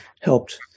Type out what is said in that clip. helped